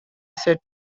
set